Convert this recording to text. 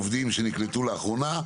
נוספים על 20 העובדים שנקלטו לאחרונה,